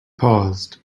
paused